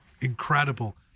incredible